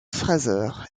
fraser